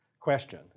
question